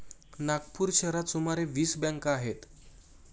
नागपूर शहरात सुमारे वीस बँका आहेत